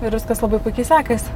ir viskas labai puikiai sekasi